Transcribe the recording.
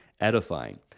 edifying